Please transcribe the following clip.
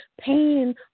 pain